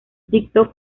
dictó